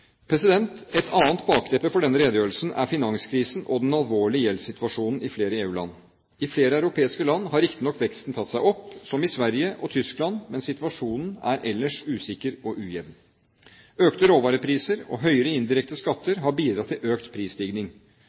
Et annet bakteppe for denne redegjørelsen er finanskrisen og den alvorlige gjeldssituasjonen i flere EU-land. I flere europeiske land har riktignok veksten tatt seg opp, som i Sverige og Tyskland, men situasjonen er ellers usikker og ujevn. Økte råvarepriser og høyere indirekte skatter har bidratt til økt prisstigning.